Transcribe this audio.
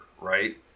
right